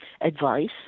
advice